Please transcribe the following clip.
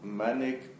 manic